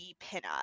pinup